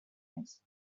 eyes